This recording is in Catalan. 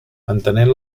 entenent